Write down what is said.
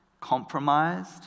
compromised